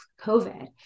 COVID